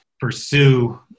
pursue